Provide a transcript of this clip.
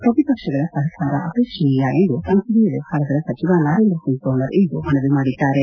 ಪ್ರತಿಪಕ್ಷಗಳ ಸಹಕಾರ ಅಪೇಕ್ಷಣೀಯ ಎಂದು ಸಂಸದೀಯ ವ್ಯವಹಾರಗಳ ಸಚಿವ ನರೇಂದ್ರ ಸಿಂಗ್ ತೋಮರ್ ಇಂದು ಮನವಿ ಮಾಡಿದ್ದಾರೆ